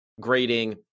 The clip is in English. grading